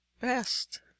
BEST